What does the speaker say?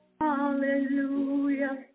hallelujah